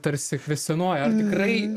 tarsi kvestionuoja ar tikrai